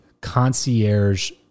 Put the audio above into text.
concierge